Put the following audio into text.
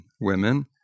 women